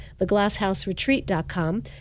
TheGlassHouseRetreat.com